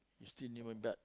still human but